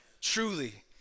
Truly